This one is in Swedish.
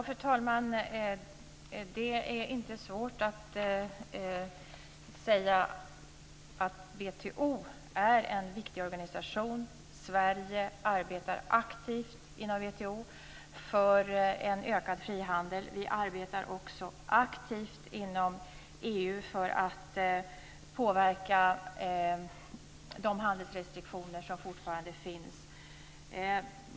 Fru talman! Det är inte svårt att säga att WTO är en viktig organisation. Sverige arbetar aktivt inom WTO för en ökad frihandel. Vi arbetar också aktivt inom EU för att påverka de handelsrestriktioner som fortfarande finns.